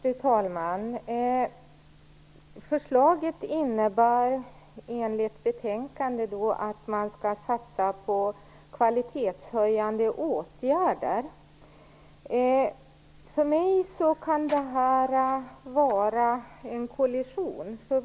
Fru talman! Förslaget innebär enligt betänkandet att man skall satsa på kvalitetshöjande åtgärder. För mig är det en motsägelse.